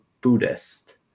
Buddhist